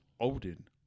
Odin